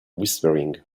whispering